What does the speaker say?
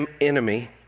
enemy